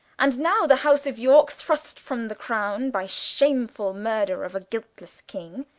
and now the house of yorke thrust from the crowne, by shamefull murther of a guiltlesse king,